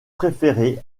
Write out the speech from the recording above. préféré